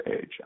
age